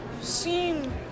seen